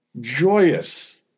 joyous